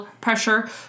pressure